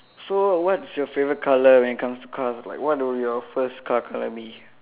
so what's your favourite colour when it comes to cars like what do your first car colour be